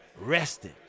rested